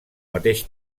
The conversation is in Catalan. mateix